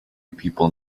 people